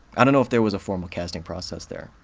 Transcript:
i don't know if there was a formal casting process there.